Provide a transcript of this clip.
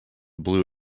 blue